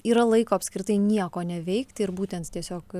yra laiko apskritai nieko neveikti ir būtent tiesiog